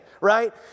right